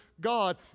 God